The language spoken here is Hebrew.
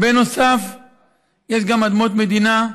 יש גם אדמות מדינה,